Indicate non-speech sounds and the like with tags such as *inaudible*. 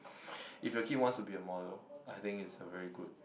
*breath* if your kids wants to be a model I think it's a very good